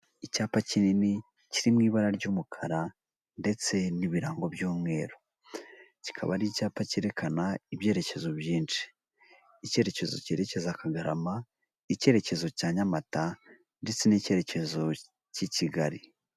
Icyapa kinini kiri mu ibara ry'umukara ndetse n'ibirango by'umweru, kikaba ari icyapa cyerekana ibyerekezo byinshi, icyerekezo cyerekeza Kagarama, icyerekezo cya Nyamata ndetse n'icyerekezo cy'i Kigali.